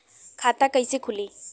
खाता कइसे खुली?